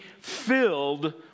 filled